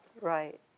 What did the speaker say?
Right